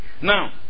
Now